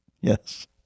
yes